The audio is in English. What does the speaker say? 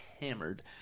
hammered